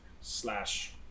slash